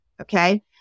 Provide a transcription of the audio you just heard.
okay